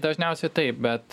dažniausiai taip bet